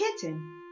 kitten